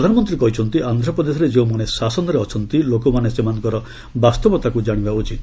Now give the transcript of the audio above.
ପ୍ରଧାନମନ୍ତ୍ରୀ କହିଛନ୍ତି' ଆନ୍ଧ୍ରପ୍ରଦେଶରେ ଯେଉଁମାନେ ଶାସନର ଅଛନ୍ତି' ଲୋକମାନେ ସେମାନଙ୍କର ବାସ୍ତବତାକୁ ଜାଶିବା ଉଚିତ